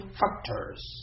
factors